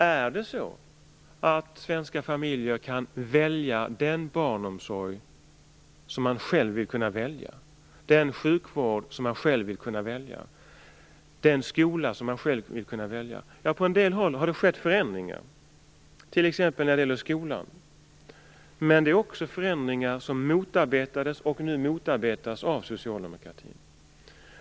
Är det så att svenska familjer kan välja den barnomsorg, den sjukvård och den skola som man själv vill kunna välja? På en del håll har det skett förändringar, t.ex. när det gäller skolan. Men det är förändringar som motarbetades och nu motarbetas av socialdemokratin.